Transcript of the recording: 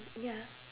ya